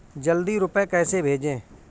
जल्दी रूपए कैसे भेजें?